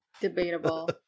debatable